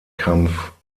kampf